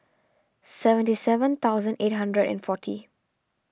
seventy seven thousand eight hundred and forty